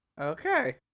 Okay